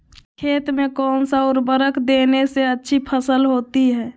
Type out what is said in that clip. खेत में कौन सा उर्वरक देने से अच्छी फसल होती है?